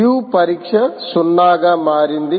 Q పరీక్ష 0 గా మారింది